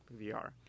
VR